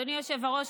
אדוני היושב-ראש,